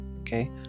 okay